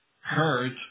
hurt